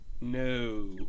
No